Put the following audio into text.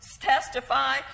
testify